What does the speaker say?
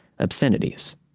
obscenities